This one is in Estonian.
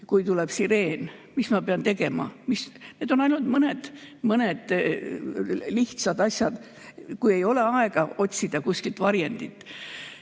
kui tuleb sireen. Mis ma pean tegema? Need on ainult mõned lihtsad asjad, kui ei ole aega otsida kuskilt varjendit.